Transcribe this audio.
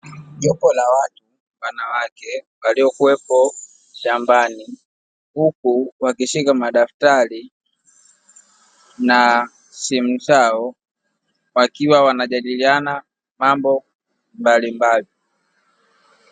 Jopo la watu wanawake waliokuwepo shambani, huku wakishika madaftari na simu zao wakiwa wanajadiliana mambo mbalimbali.